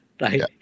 right